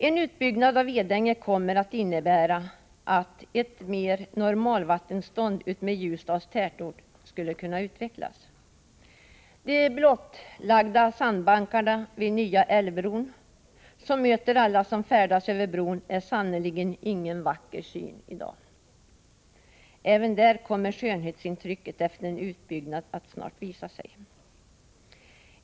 En utbyggnad av Edänge kommer att innebära att ett mer normalt vattenstånd utmed Ljusdals tätort skulle kunna upprätthållas. De blottlagda sandbankarna vid nya älvbron, som möter alla som färdas över bron, är sannerligen ingen vacker syn i dag. Även där kommer skönhetsintrycket efter en utbyggnad att snart visa sig.